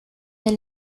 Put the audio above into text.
del